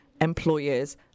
employers